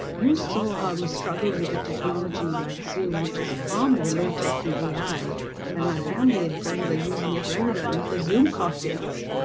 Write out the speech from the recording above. you saw how we struggled with the technology like zoom which is far more low-tech than ai and my family and friends are using it regularly for zoom cocktails.